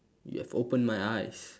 you have opened my eyes